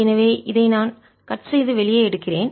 எனவே இதை நான் கட் செய்து வெளியே எடுக்கிறேன்